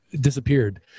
disappeared